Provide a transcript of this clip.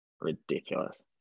ridiculous